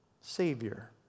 Savior